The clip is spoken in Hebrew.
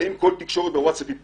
האם כל תקשורת בווטסאפ היא פקודה?